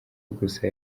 gusa